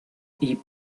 ibn